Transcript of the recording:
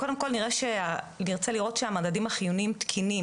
קודם כל נרצה לראות שהמדדים החיוניים תקינים,